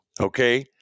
okay